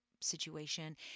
situation